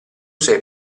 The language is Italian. sei